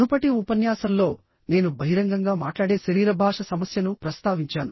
మునుపటి ఉపన్యాసంలోనేను బహిరంగంగా మాట్లాడే శరీర భాష సమస్యను ప్రస్తావించాను